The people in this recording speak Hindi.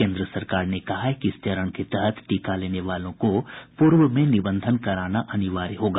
केन्द्र सरकार ने कहा है कि इस चरण के तहत टीका लेने वालों को पूर्व में निबंधन कराना अनिवार्य होगा